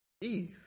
Eve